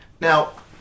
Now